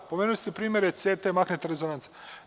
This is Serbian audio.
Pomenuli ste primere cete, magnetne rezonance.